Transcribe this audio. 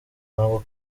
ntabwo